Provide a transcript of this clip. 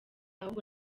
ahubwo